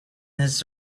his